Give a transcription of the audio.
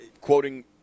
quoting